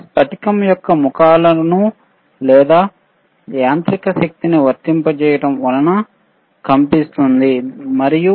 స్పటికం యొక్క ముఖాలకు ఒత్తిడి ప్రయోగించినప్పుడు యాంత్రిక శక్తిని వర్తింపచేయడం వలన కన్పిస్తుంది మరియు A